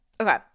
okay